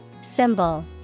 Symbol